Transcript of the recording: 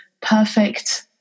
perfect